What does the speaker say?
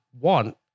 Want